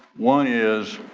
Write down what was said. one is